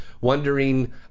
wondering